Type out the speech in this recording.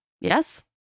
Yes